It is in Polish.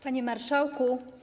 Panie Marszałku!